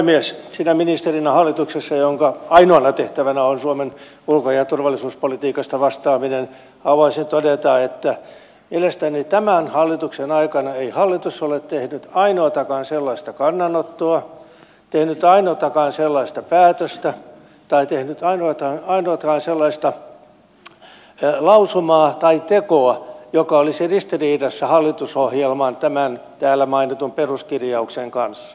hallituksen sinä ministerinä jonka ainoana tehtävänä on suomen ulko ja turvallisuuspolitiikasta vastaaminen haluaisin todeta että mielestäni tämän hallituksen aikana ei hallitus ole tehnyt ainoatakaan sellaista kannanottoa tehnyt ainoatakaan sellaista päätöstä tai tehnyt ainoatakaan sellaista lausumaa tai tekoa joka olisi ristiriidassa hallitusohjelman tämän täällä mainitun peruskirjauksen kanssa